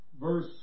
verse